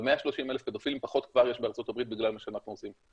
אבל 130,000 פדופילים פחות יש כבר בארצות הברית בגלל מה שאנחנו עושים,